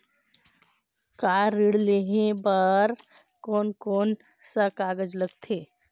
Car ऋण लेहे बार कोन कोन सा कागज़ लगथे?